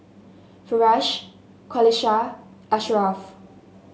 Firash Qalisha Ashraff